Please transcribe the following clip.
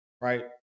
Right